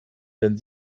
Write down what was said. wenn